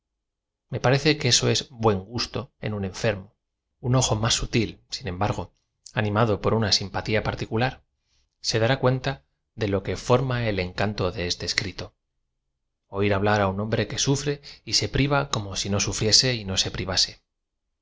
e pa rece que eso ea buen gusto en un enfermo ü n ojo más sutil sin embargo animado de una simpatía particular se dará cuenta de lo que form a el encan to de este escrito oír hablar á un hombre que sufre y se p riva como si no sufriese y no se privase a